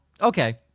Okay